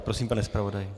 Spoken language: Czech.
Prosím, pane zpravodaji.